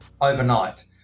overnight